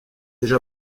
déjà